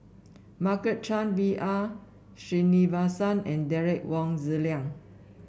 Margaret Chan B R Sreenivasan and Derek Wong Zi Liang